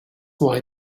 why